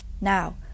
Now